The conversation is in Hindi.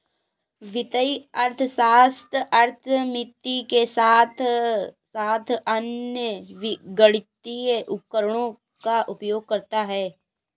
वित्तीय अर्थशास्त्र अर्थमिति के साथ साथ अन्य गणितीय उपकरणों का उपयोग करता है